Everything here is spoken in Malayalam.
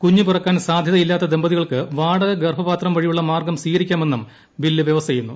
കുഞ്ഞ് പിറക്കാൻ സാധ്യതയില്ലാത്ത ദമ്പതികൾക്ക് വാടക ഗർഭപാത്രം വഴിയുള്ള മാർഗ്ഗം സ്വീകരിക്കാമെന്നും ബില്ല് വ്യവസ്ഥ ചെയ്യുന്നു